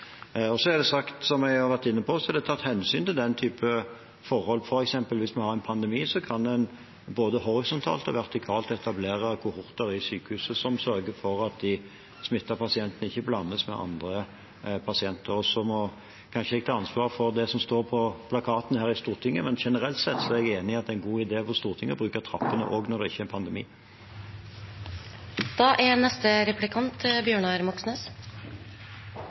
er sagt, som jeg har vært inne på, at det er tatt hensyn til den typen forhold. Hvis man f.eks. har en pandemi, kan man både horisontalt og vertikalt etablere kohorter i sykehuset som sørger for at de smittede pasientene ikke blandes med andre pasienter. Jeg kan ikke ta ansvar for det som står på plakatene her i Stortinget, men generelt sett er jeg enig i at det er en god idé på Stortinget å bruke trappene også når det ikke er pandemi. Selvsagt har nye bygg viktige fordeler når det gjelder smittevern, men det er